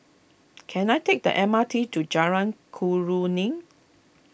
can I take the M R T to Jalan Khairuddin